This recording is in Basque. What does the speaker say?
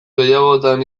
gehiagotan